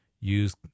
use